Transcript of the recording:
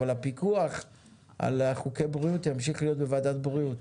אבל הפיקוח על חוקי הבריאות ימשיך להות בוועדת הבריאות.